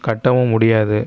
கட்டவும் முடியாது